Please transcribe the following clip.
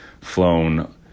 flown